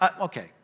Okay